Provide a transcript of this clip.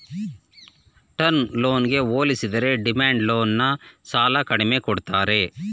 term ಲೋನ್ಗೆ ಹೋಲಿಸಿದರೆ demand loan ನ ಸಾಲ ಕಡಿಮೆ ಕೊಡ್ತಾರೆ